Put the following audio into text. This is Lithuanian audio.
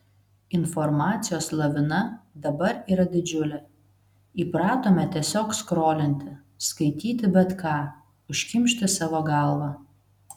informacijos lavina dabar yra didžiulė įpratome tiesiog skrolinti skaityti bet ką užkimšti savo galvą